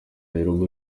nairobi